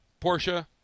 Porsche